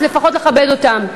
אז לפחות לכבד אותם.